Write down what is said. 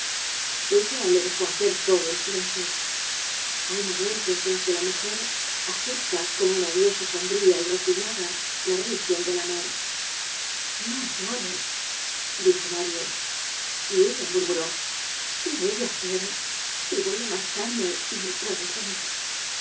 ella le dejó hacer todo en silencio hay momentos en que la mujer acepta como una diosa sombría y resignada la religion del amor no llores dijo mario y ella murmuró qué he de hacer si voy á marcharme y no puedes venir